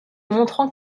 montrant